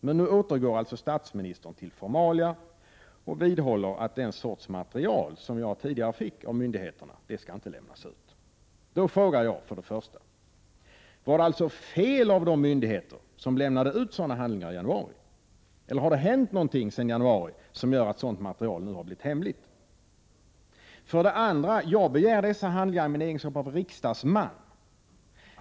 Men nu återgår statsministern alltså till formalia och vidhåller att den sorts material som jag tidigare fick av myndigheterna inte skall lämnas ut. Då frågar jag för det första: Var det alltså fel av de myndigheter som lämnade ut sådana handlingar i januari? Eller har det hänt något sedan januari som gör att sådant material nu har blivit hemligt? För det andra: Jag begär dessa handlingar i min egenskap av riksdagsman.